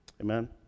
Amen